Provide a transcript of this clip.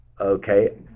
okay